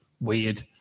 weird